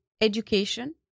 education